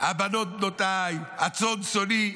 "הבנות בְּנֹתַי --- הצאן צאני".